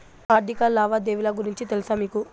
ఆర్థిక లావాదేవీల గురించి తెలుసా మీకు